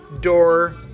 door